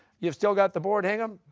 you've still got the board, hingham.